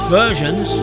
versions